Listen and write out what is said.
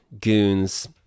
goons